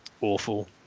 awful